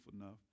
enough